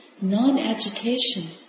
non-agitation